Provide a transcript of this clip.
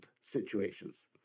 situations